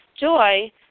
joy